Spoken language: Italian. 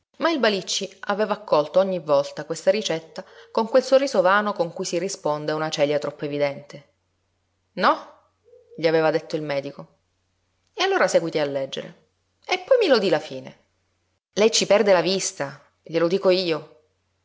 ma il balicci aveva accolto ogni volta questa ricetta con quel sorriso vano con cui si risponde a una celia troppo evidente no gli aveva detto il medico e allora séguiti a leggere e poi mi lodi la fine lei ci perde la vista glielo dico io